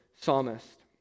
psalmist